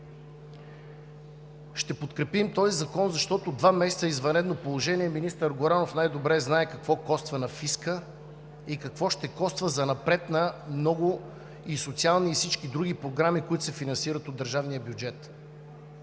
Ще подкрепим този закон, защото два месеца извънредно положение – министър Горанов най-добре знае какво коства на фиска и какво ще коства занапред на много и социални, и всички други програми, които се финансират от държавния бюджет.